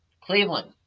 Cleveland